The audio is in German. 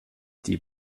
die